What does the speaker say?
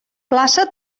plaça